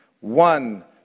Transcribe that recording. One